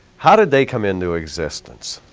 how did they come into existence?